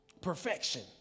Perfection